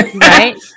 Right